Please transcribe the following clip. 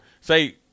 say